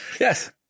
Yes